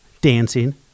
Dancing